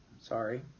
sorry